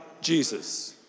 Jesus